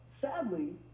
sadly